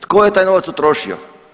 Tko je taj novac utrošio?